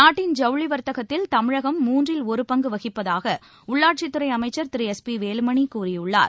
நாட்டின் ஜவுளி வர்த்தகத்தில் தமிழகம் மூன்றில் ஒரு பங்கு வகிப்பதாக உள்ளாட்சித்துறை அமைச்சர் திரு எஸ் பி வேலுமணி கூறியுள்ளார்